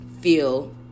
feel